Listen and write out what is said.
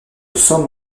sang